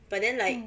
mm